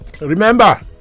Remember